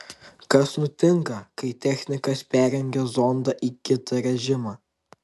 kas nutinka kai technikas perjungia zondą į kitą režimą